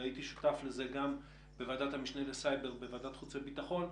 והייתי שותף לזה גם בוועדת המשנה לסייבר של ועדת החוץ והביטחון,